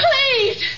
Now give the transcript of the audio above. Please